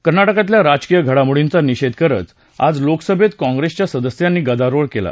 कर्नाटकातल्या राजकीय घडामोडींचा निषेध करत आज लोकसभेत काँप्रेसच्या सदस्यांनी गदारोळ केला